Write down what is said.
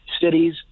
cities